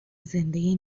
زنده